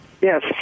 Yes